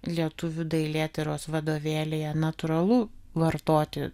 lietuvių dailėtyros vadovėlyje natūralu vartoti